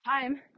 time